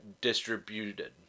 distributed